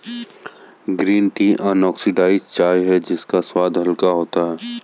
green tea unoxidised चाय है इसका स्वाद हल्का होता है